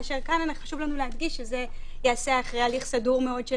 כאשר כאן חשוב לנו להדגיש שזה ייעשה אחרי הליך סדור מאוד של